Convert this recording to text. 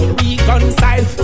reconcile